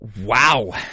Wow